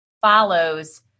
follows